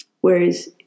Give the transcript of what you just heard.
Whereas